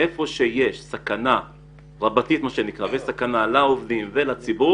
בישיבה הנחנו שבמקום שיש סכנה מרובה לעובדים ולציבור